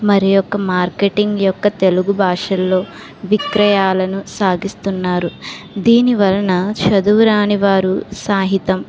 మరియొక మార్కెటింగ్ యొక్క తెలుగు భాషల్లో విక్రయాలను సాగిస్తున్నారు దీని వలన చదువురాని వారు సహితం